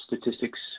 statistics